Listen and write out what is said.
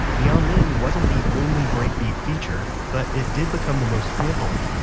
the amen wasn't the only breakbeat feature, but it did become the most sampled.